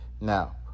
Now